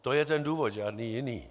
To je ten důvod, žádný jiný.